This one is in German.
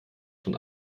schon